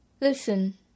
Listen